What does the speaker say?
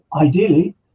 Ideally